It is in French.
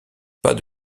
pas